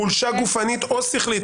חולשה גופנית או שכלית,